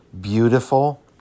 beautiful